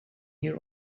here